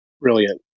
Brilliant